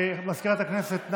סגנית מזכיר הכנסת,